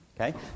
Okay